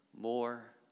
More